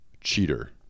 Cheater